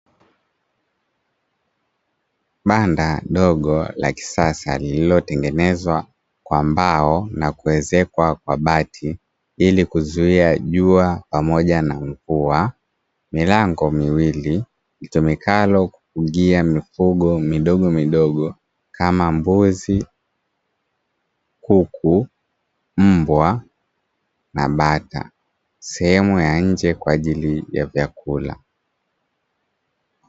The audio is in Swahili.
Banda dogo la kisasa lililotengenezwa kwa mbao na kuezekwa kwa bati ili kuzuia jua pamoja na mvua. Milango miwili itumikayo kufungia mifugo midogomidogo kama: mbuzi, kuku, mbwa na bata; sehemu ya nje kwa ajili ya vyakula.